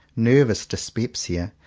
nervous dyspepsia,